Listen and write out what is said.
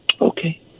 Okay